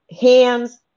Hands